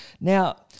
Now